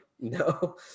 no